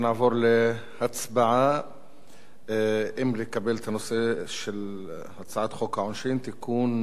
נעבור להצבעה אם לקבל את הנושא של הצעת חוק העונשין (תיקון,